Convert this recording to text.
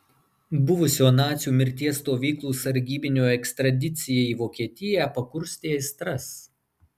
buvusio nacių mirties stovyklų sargybinio ekstradicija į vokietiją pakurstė aistras